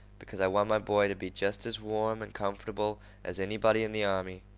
because i want my boy to be jest as warm and comf'able as anybody in the army.